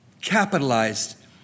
capitalized